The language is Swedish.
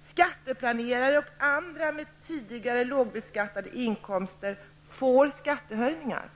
Skatteplanerare och andra som tidigare haft lågbeskattade inkomster får skattehöjningar.